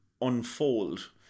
unfold